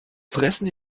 fressen